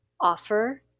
offer